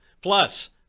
Plus